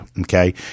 Okay